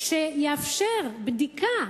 שיאפשר בדיקה.